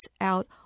out